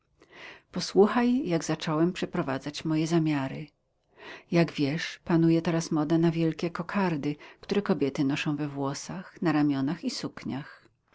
posłuchaj jak zacząłem przeprowadzać moje zamiary jak wiesz panuje teraz moda na wielkie kokardy które kobiety noszą we włosach na ramionach i sukniach